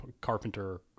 Carpenter